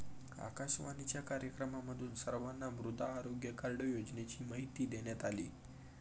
आकाशवाणीच्या कार्यक्रमातून सर्वांना मृदा आरोग्य कार्ड योजनेची माहिती देण्यात आली